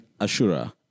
Ashura